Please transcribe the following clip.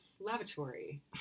lavatory